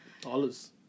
Dollars